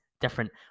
different